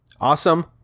Awesome